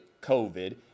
COVID